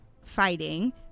fighting